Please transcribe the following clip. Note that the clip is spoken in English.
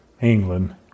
England